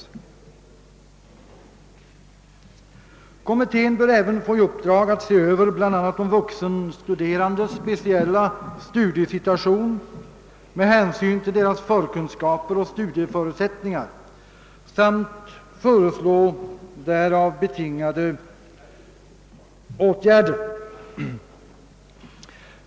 Kommittén bör även få i uppdrag att se över de vuxenstuderandes speciella studiesituation med hänsyn till deras förkunskaper och studieförutsättningar samt föreslå därav betingade åtgärder.